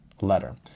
letter